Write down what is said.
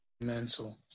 Mental